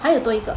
还有多一个